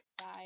side